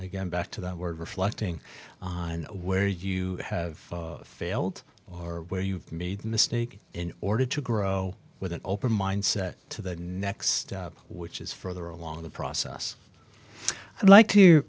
again back to that word reflecting on where you have failed or where you made mistakes in order to grow with an open mindset to the next which is further along the process i'd like to